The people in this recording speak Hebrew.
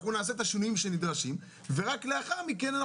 אנחנו נעשה את השינויים שנדרשים ורק לאחר מכן,